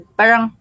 parang